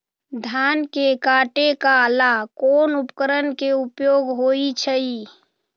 धान के काटे का ला कोंन उपकरण के उपयोग होइ छइ?